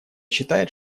считает